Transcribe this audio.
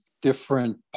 different